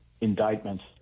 indictments